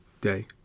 day